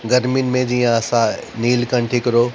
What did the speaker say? गर्मियुनि में जीअं असां नीलकंठ हिकिड़ो